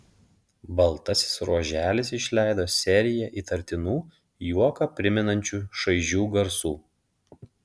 baltasis ruoželis išleido seriją įtartinų juoką primenančių šaižių garsų